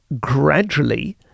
gradually